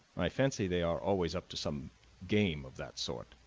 i fancy they are always up to some game of that sort,